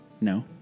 No